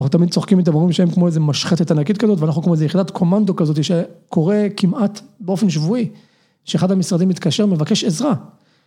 ‫אנחנו תמיד צוחקים מדברים שהם ‫כמו איזה משחטת ענקית כזאת, ‫ואנחנו כמו איזו יחידת קומנדו כזאתי, ‫שקורה כמעט באופן שבועי, ‫שאחד המשרדים מתקשר, ‫מבקש עזרה.